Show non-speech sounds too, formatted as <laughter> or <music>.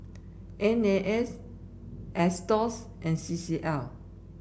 N A S <unintelligible> and C C L